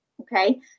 okay